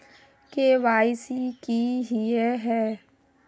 KYC की हिये है?